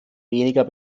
weniger